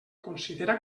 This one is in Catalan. considera